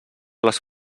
les